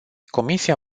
comisia